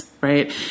right